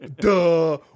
Duh